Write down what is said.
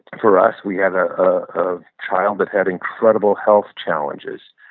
for us, we had a ah child that had incredible health challenges.